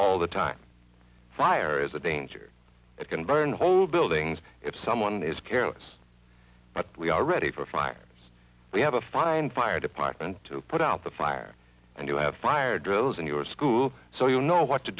all the time fire is a danger it can burn whole buildings if someone is careless but we are ready for fire we have a fine fire department to put out the fire and you have fire drills in your school so you know what to